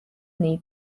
need